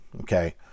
okay